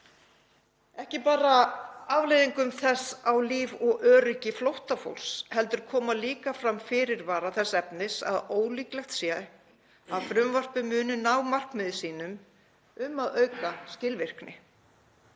ekki bara afleiðingum þess á líf og öryggi flóttafólks heldur koma líka fram fyrirvarar þess efnis að ólíklegt sé að frumvarpið muni ná markmiðum sínum um að auka skilvirkni.